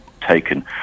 taken